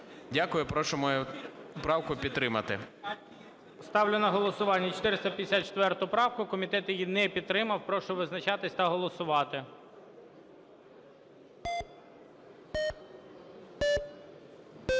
Дякую. Прошу мою правку підтримати. ГОЛОВУЮЧИЙ. Ставлю на голосування 454 правку. Комітет її не підтримав. Прошу визначатись та голосувати.